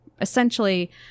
essentially